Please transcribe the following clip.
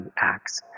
acts